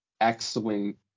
excellent